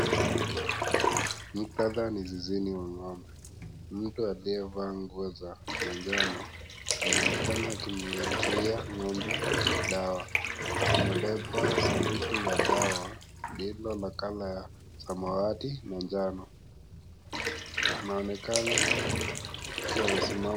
Muktadha ni zizini wa ng'ombe, mtu aliyevaa nguo za, manjano, ameonekana akinyunyizia, ngombe, dawa, amebeba sanduku la dawa, lililo na (cs)colour(cs) ya samawati, na njano, anaonekana, akiwa anasima.